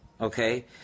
Okay